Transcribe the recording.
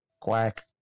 Quack